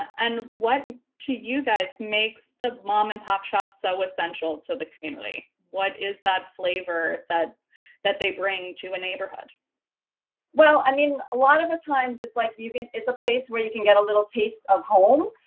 and what to you guys makes the mom-and-pop shops so essential to the community? what is that flavor that that they bring to a neighborhood? karla well, i mean a lot of the times it's like you can it's a place where you can get a little taste of home.